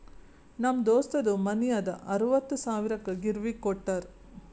ನಮ್ ದೋಸ್ತದು ಮನಿ ಅದಾ ಅರವತ್ತ್ ಸಾವಿರಕ್ ಗಿರ್ವಿಗ್ ಕೋಟ್ಟಾರ್